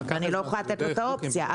אני לא יכולה לתת לו את האופציה,